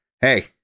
Hey